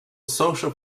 social